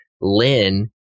Lynn